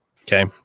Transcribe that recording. okay